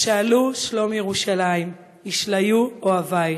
שאלו שלום ירושלם ישליו אוהבִיך.